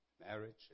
Marriage